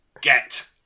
get